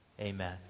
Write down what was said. Amen